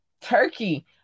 Turkey